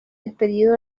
despedido